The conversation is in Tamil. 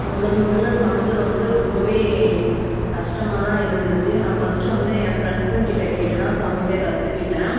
முதல் முதலில் சமைச்சது வந்து ரொம்பவே கஷ்டமாதாக இருந்துச்சு நான் ஃபஸ்ட்டு வந்து என் ஃப்ரெண்ட்ஸ்ங்ககிட்ட கேட்டு தான் சமைக்க கத்துகிட்டேன்